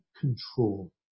control